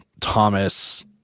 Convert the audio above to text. Thomas